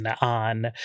on